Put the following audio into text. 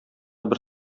бер